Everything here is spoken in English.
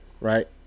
Right